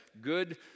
good